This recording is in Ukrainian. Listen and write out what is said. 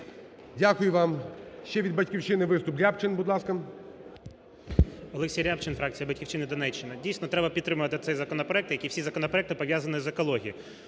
Дякую вам.